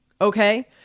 Okay